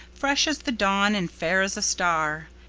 fresh as the dawn and fair as a star,